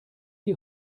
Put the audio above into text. die